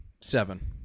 Seven